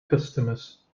customers